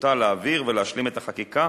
נחישותה להעביר ולהשלים את החקיקה.